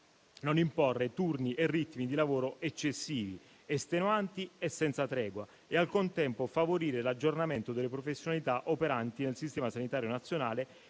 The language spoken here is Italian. non imporre turni e ritmi di lavoro eccessivi, estenuanti e senza tregua e al contempo favorire l'aggiornamento delle professionalità operanti nel sistema sanitario nazionale,